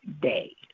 day